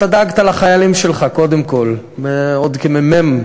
אתה דאגת לחיילים שלך קודם כול, עוד כמ"מ,